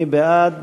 מי בעד?